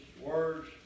words